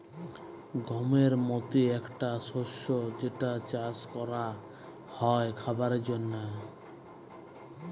গমের মতি একটা শস্য যেটা চাস ক্যরা হ্যয় খাবারের জন্হে